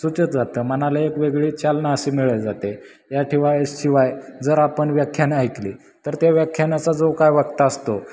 सुचत जातं मनाला एक वेगळी चालना अशी मिळत जाते या शिवाय जर आपण व्याख्यानं ऐकली तर त्या व्याख्यानाचा जो काय वक्ता असतो